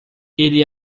ele